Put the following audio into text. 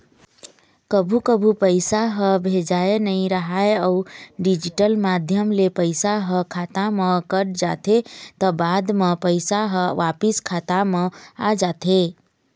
कभू कभू पइसा ह भेजाए नइ राहय अउ डिजिटल माध्यम ले पइसा ह खाता म कट जाथे त बाद म पइसा ह वापिस खाता म आ जाथे